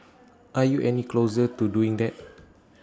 are you any closer to doing that